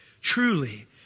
Truly